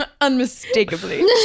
Unmistakably